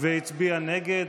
הוא הצביע נגד,